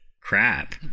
Crap